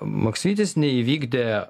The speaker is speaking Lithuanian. maksvytis neįvykdė